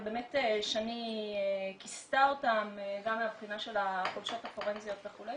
אבל באמת שני כיסתה אותן גם מהבחינה של החולשות הפורנזיות וכולי.